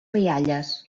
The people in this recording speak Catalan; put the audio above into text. rialles